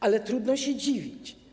Ale trudno się dziwić.